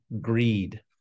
greed